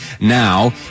now